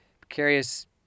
precarious